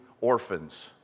orphans